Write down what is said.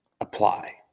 apply